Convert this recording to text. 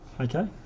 Okay